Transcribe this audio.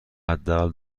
حداقل